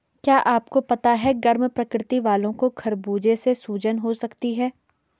क्या आपको पता है गर्म प्रकृति वालो को खरबूजे से सूजन हो सकती है?